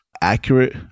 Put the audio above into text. accurate